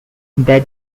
that